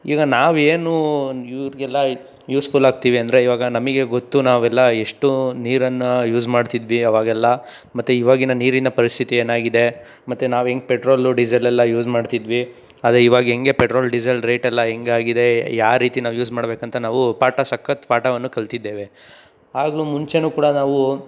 ಈಗ ನಾವು ಏನು ಇವರಿಗೆಲ್ಲ ಯೂಸ್ಫುಲ್ ಆಗ್ತೀವಿ ಅಂದರೆ ಇವಾಗ ನಮಗೆ ಗೊತ್ತು ನಾವೆಲ್ಲ ಎಷ್ಟು ನೀರನ್ನು ಯೂಸ್ ಮಾಡ್ತಿದ್ವಿ ಆವಾಗೆಲ್ಲ ಮತ್ತು ಇವಾಗಿನ ನೀರಿನ ಪರಿಸ್ಥಿತಿ ಏನಾಗಿದೆ ಮತ್ತು ನಾವು ಹೇಗೆ ಪೆಟ್ರೋಲ್ ಡೀಸಲ್ ಎಲ್ಲ ಯೂಸ್ ಮಾಡ್ತಿದ್ವಿ ಅದೇ ಇವಾಗ ಹೇಗೆ ಪೆಟ್ರೋಲ್ ಡೀಸಲ್ ರೇಟ್ ಎಲ್ಲ ಹೇಗಾಗಿದೆ ಯಾವ ರೀತಿ ನಾವು ಯೂಸ್ ಮಾಡಬೇಕಂತ ನಾವು ಪಾಠ ಸಖತ್ತು ಪಾಠವನ್ನು ಕಲ್ತಿದ್ದೇವೆ ಆಗಲೂ ಮುಂಚೆಯೂ ಕೂಡ ನಾವು